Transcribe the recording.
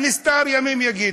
הנסתר, ימים יגידו.